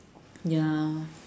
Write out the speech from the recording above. ya